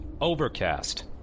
Overcast